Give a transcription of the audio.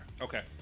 Okay